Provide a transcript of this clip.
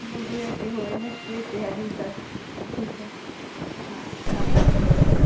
बघूया की होय नक्की येते ह्या दिवसात ठीक आहे हां चालेल बाय हां